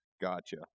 Gotcha